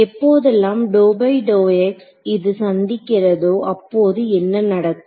எப்போதெல்லாம் இது சந்திக்கிறதோ அப்போது என்ன நடக்கும்